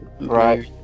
Right